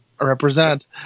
represent